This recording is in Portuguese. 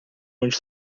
onde